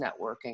networking